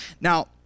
Now